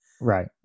Right